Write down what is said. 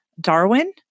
Darwin